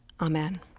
Amen